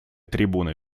трибуны